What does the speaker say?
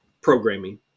programming